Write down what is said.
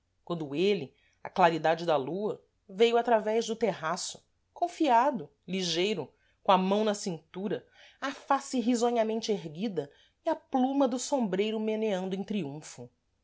quando êle à claridade da lua veio através do terraço confiado ligeiro com a mão na cintura a face risonhamente erguida e a pluma do sombreiro meneando em triunfo